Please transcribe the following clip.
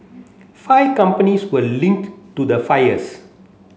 five companies were linked to the fires